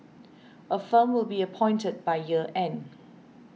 a firm will be appointed by year end